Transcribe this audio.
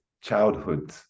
childhood